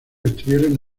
estuvieron